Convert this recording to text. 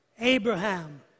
Abraham